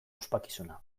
ospakizuna